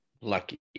lucky